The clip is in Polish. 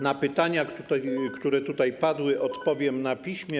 Na pytania, które tutaj padły, odpowiem na piśmie.